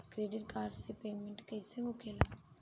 Credit card से payment कईसे होखेला?